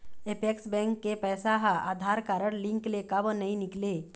Apex bank के पैसा हा आधार कारड लिंक ले काबर नहीं निकले?